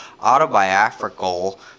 autobiographical